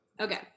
Okay